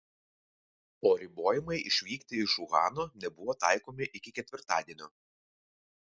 o ribojimai išvykti iš uhano nebuvo taikomi iki ketvirtadienio